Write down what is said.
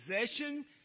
possession